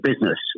business